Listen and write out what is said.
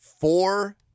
Four